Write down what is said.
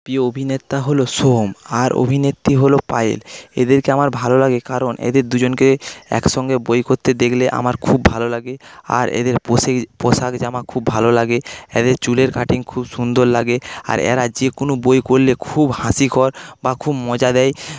প্রিয় অভিনেতা হল সোহম আর অভিনেত্রী হল পায়েল এদেরকে আমার ভালো লাগে কারণ এদের দুজনকে একসঙ্গে বই করতে দেখলে আমার খুব ভালো লাগে আর এদের পোশেক পোশাক জামা খুব ভালো লাগে এদের চুলের কাটিং খুব সুন্দর লাগে আর এরা যে কোন বই করলে খুব হাস্যকর বা খুব মজা দেয়